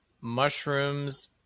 mushrooms